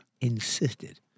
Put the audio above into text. Insisted